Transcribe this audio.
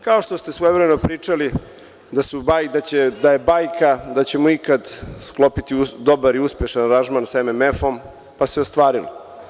Kao što ste svojevremeno pričali da je bajka da ćemo ikad sklopiti dobar i uspešan aranžman sa MMF-om, pa se ostvarilo.